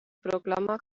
proclama